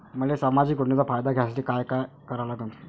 मले सामाजिक योजनेचा फायदा घ्यासाठी काय करा लागन?